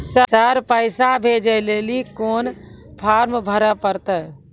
Sir पैसा भेजै लेली कोन फॉर्म भरे परतै?